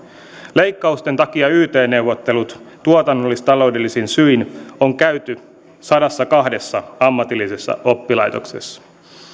leikkausten takia yt neuvottelut tuotannollis taloudellisin syin on käyty sadassakahdessa ammatillisessa oppilaitoksessa